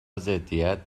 ضدیت